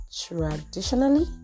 traditionally